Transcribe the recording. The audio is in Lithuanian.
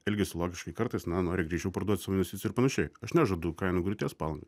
elgiasi logiškai kartais na nori greičiau parduot savo investiciją ir panašiai aš nežadu kainų griūties palangai